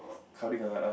crowding around us